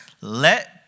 Let